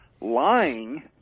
lying